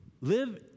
live